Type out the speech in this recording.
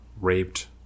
raped